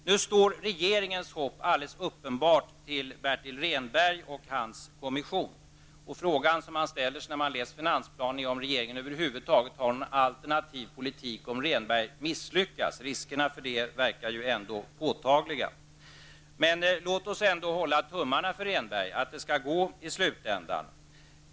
Nu står regeringens hopp alldeles uppenbart till Bertil Rehnberg och hans kommission. Den frågan som man ställer sig när man läser finansplanen är om regeringen över huvud taget har någon alternativ politik, ifall Rehnberg misslyckas. Risken härför verkar ändå vara påtaglig. Men låt oss ändå hålla tummarna för Rehnberg och hoppas att han skall lyckas i slutändan.